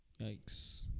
Yikes